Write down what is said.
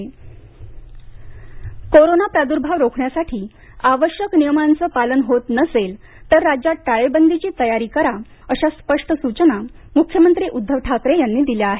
मुख्यमंत्री कोरोना आढावा कोरोना प्रादृर्भाव रोखण्यासाठी आवश्यक नियमांचं पालन होत नसेलं तर राज्यात टाळेबंदीची तयारी करा अशा स्पष्ट सूचना मुख्यमंत्री उद्दव ठाकरे यांनी दिल्या आहेत